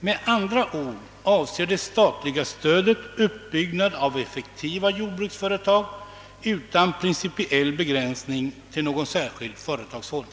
Det statliga stödet avser med andra ord uppbyggnad av effektiva jordbruksföretag utan principiell begränsning till någon särskild företagsform.